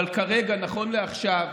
אבל כרגע, נכון לעכשיו,